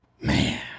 man